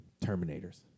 Terminators